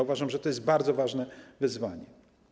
Uważam, że to jest to bardzo ważne wyzwanie.